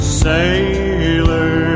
sailor